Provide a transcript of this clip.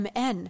MN